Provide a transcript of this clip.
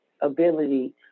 ability